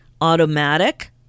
automatic